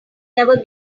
never